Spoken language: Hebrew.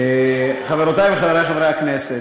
חברותי וחברי חברי הכנסת,